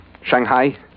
Shanghai